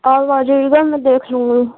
آپ آ جائیے گا میں دیکھ لوں گی